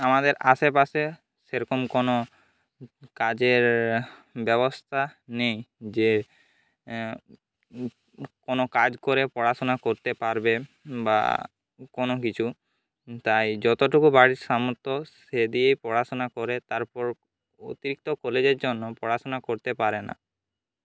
আমাদের আশেপাশে সেরকম কোনো কাজের ব্যবস্থা নেই যে কোনো কাজ করে পড়াশোনা করতে পারবে বা কোনোকিছু তাই যতোটুকু বাড়ির সামর্থ্য সে দিয়ে পড়াশোনা করে তারপর অতিরিক্ত কলেজের জন্য পড়াশোনা করতে পারে না